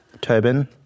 Tobin